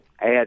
add